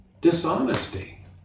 Dishonesty